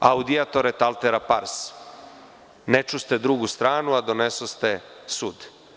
Audiatur et altera pars“ - ne čuste drugu stranu, a donesoste sud.